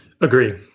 Agree